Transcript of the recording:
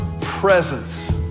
presence